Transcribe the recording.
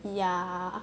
ya